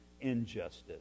injustice